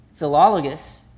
Philologus